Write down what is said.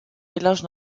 village